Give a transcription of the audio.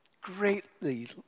greatly